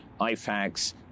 IFACs